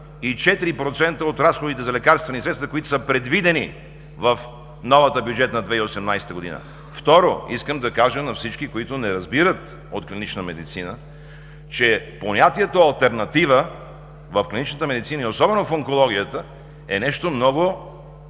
и 4% от разходите за лекарствени средства, предвидени в новата бюджетна 2018 г. Второ, искам да кажа на всички, които не разбират от клинична медицина, че понятието „алтернативи“ в клиничната медицина и особено в онкологията е нещо много